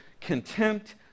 contempt